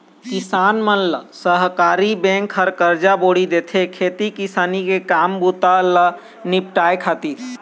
किसान मन ल सहकारी बेंक ह करजा बोड़ी देथे, खेती किसानी के काम बूता ल निपाटय खातिर